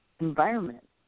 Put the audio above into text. environment